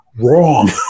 wrong